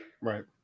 Right